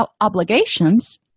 obligations